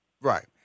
Right